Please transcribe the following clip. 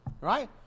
right